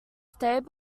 stayed